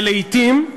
ולעתים,